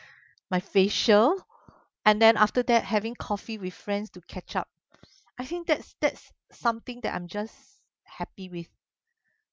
my facial and then after that having coffee with friends to catch up I think that's that's something that I'm just happy with